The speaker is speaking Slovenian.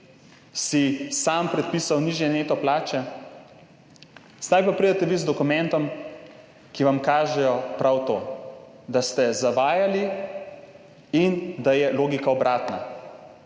si sam predpisal nižje neto plače, sedaj pa pridete vi z dokumentom, ki vam kaže prav to, da ste zavajali in da je logika obratna.